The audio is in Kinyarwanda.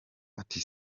ati